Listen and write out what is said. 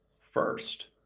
first